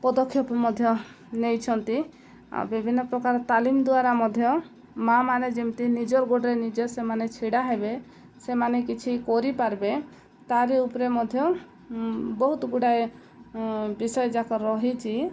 ପଦକ୍ଷେପ ମଧ୍ୟ ନେଇଛନ୍ତି ଆଉ ବିଭିନ୍ନ ପ୍ରକାର ତାଲିମ ଦ୍ୱାରା ମଧ୍ୟ ମାଆମାନେ ଯେମିତି ନିଜର ଗୋଡ଼ରେ ନିଜେ ସେମାନେ ଛିଡ଼ା ହେବେ ସେମାନେ କିଛି କରିପାରିବେ ତାରି ଉପରେ ମଧ୍ୟ ବହୁତ ଗୁଡ଼ାଏ ବିଷୟଯାକ ରହିଛି